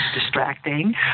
distracting